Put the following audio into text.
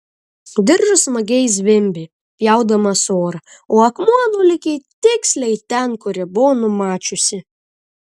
diržas smagiai zvimbė pjaudamas orą o akmuo nulėkė tiksliai ten kur ji buvo numačiusi